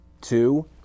two